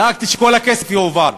דאגתי שכל הכסף יועבר,